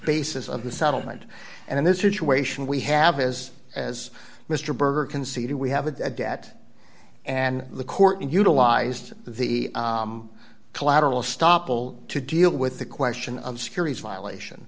basis of the settlement and in this situation we have as as mr berger conceded we have a debt and the court utilized the collateral stoppel to deal with the question of securities violation